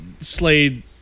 Slade